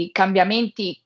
cambiamenti